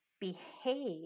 behave